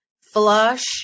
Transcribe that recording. Flush